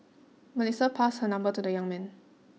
Melissa passed her number to the young man